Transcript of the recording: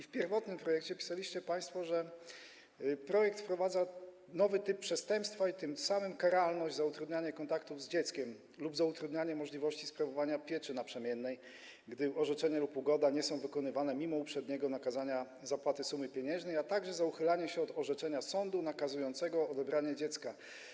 W pierwotnej wersji projektu pisaliście państwo, że wprowadza on nowy typ przestępstwa i tym samym karalność za utrudnianie kontaktów z dzieckiem, utrudnianie możliwości sprawowania pieczy naprzemiennej, gdy orzeczenie lub ugoda nie są wykonywane mimo uprzedniego nakazania zapłaty sumy pieniężnej, oraz uchylanie się od wykonania orzeczenia sądu nakazującego odebranie dziecka.